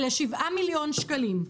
אלה שבעה מיליון שקלים.